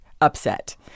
upset